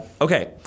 Okay